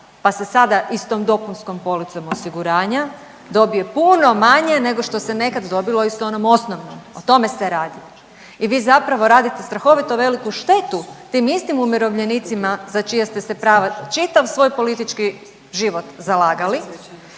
pa se sada i s tom dopunskom policom osiguranja dobije puno manje nego što se nekad dobilo i s onom osnovnom. O tome se radi. I vi zapravo radite strahovito veliku štetu tim istim umirovljenicima za čija ste se prava čitav svoj politički život zalagali